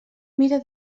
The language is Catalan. mira